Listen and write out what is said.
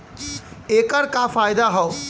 ऐकर का फायदा हव?